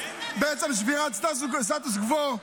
בעצם שבירת הסטטוס קוו.